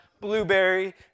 blueberry